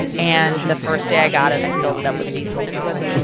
and the first day i got it, i filled it up with diesel fuel.